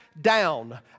down